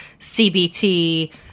CBT